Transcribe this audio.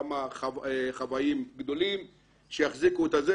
כמה חוואים גדולים שיחזיקו את זה.